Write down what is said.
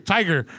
Tiger